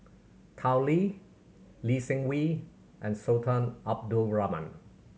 Tao Li Lee Seng Wee and Sultan Abdul Rahman